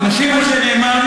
אני משיב מה שנאמר לי,